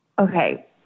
okay